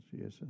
Yes